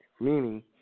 Meaning